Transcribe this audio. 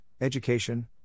education